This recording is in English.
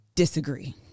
Disagree